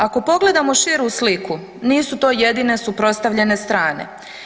Ako pogledamo širu sliku nisu to jedine suprotstavljene strane.